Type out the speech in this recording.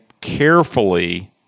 carefully